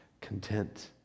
content